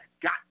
got